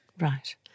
Right